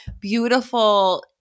beautiful